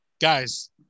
Guys